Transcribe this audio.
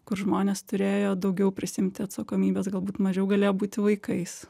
kur žmonės turėjo daugiau prisiimti atsakomybės galbūt mažiau galėjo būti vaikais